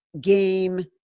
game